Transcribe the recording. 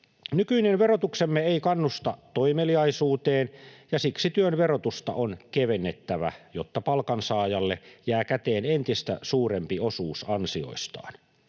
Nykyinen verotuksemme ei kannusta toimeliaisuuteen, ja siksi työn verotusta on kevennettävä, jotta palkansaajalle jää käteen entistä suurempi osuus ansioistaan.